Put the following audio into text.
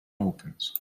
opens